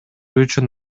үчүн